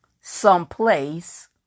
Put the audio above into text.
someplace